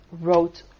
wrote